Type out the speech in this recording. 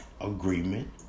agreement